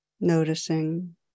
noticing